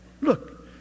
Look